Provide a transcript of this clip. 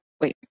Wait